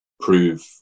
prove